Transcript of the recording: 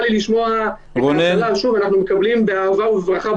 מקבלים ביקורת באהבה ובברכה,